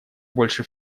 больше